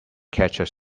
catches